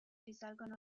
risalgono